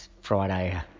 Friday